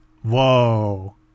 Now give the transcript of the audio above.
Whoa